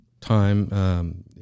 time